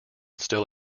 still